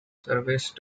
service